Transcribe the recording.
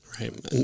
Right